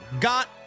Got